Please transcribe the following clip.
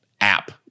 app